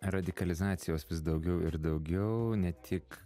radikalizacijos vis daugiau ir daugiau ne tik